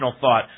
thought